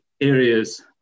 areas